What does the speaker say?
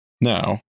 Now